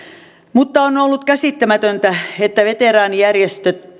mutta on ollut käsittämätöntä että veteraanijärjestöjen